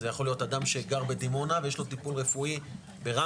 זה יכול להיות אדם שגר בדימונה ויש לו טיפול רפואי ברמב"ם,